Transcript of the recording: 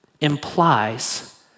implies